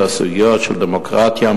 את הסוגיות של דמוקרטיה,